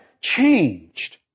changed